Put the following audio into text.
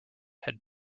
had